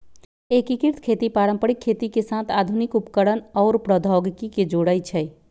एकीकृत खेती पारंपरिक खेती के साथ आधुनिक उपकरणअउर प्रौधोगोकी के जोरई छई